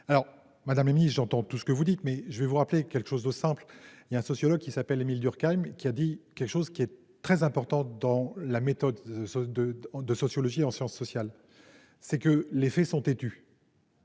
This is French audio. Alors Madame la Ministre j'entends tout ce que vous dites mais je vais vous rappeler quelque chose de simple, il y a un sociologue qui s'appelle Émile Durkheim, qui a dit quelque chose qui est très important dans la méthode de de de sociologie en sciences sociales, c'est que les faits sont têtus.